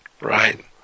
Right